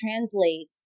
translate